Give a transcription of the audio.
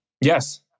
Yes